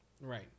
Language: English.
right